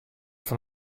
fan